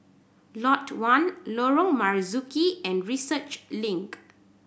Lot One Lorong Marzuki and Research Link